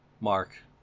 Mark